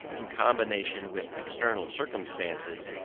in combination with external circumstances,